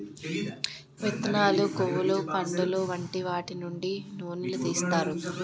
విత్తనాలు, కొవ్వులు, పండులు వంటి వాటి నుండి నూనెలు తీస్తారు